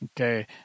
Okay